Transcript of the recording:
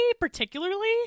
particularly